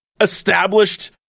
established